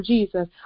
Jesus